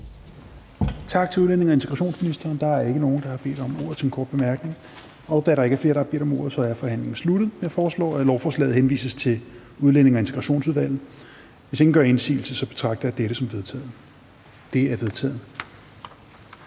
Tak til udlændinge- og integrationsministeren. Der er ikke nogen, der har bedt om ordet til en kort bemærkning. Da der ikke er flere, der har bedt om ordet, er forhandlingen sluttet. Jeg foreslår, at lovforslaget henvises til Udlændinge- og Integrationsudvalget. Hvis ingen gør indsigelse, betragter jeg dette som vedtaget. Det er vedtaget.